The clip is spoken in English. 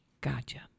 Gotcha